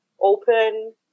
open